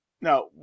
Now